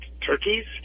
turkeys